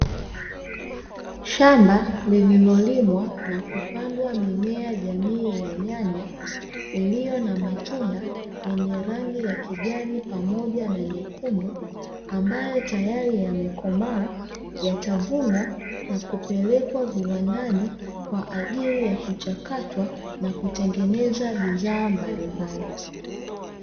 Shamba lililolimwa na kupandwa mimea jamii ya nyanya, iliyo na matunda yenye rangi ya kijani pamoja na nyekundu ambayo tayari yamekomaa, yatavunwa na kupelekwa viwandani kwa ajili ya kuchakatwa na kutengeneza bidhaa mbalimbali.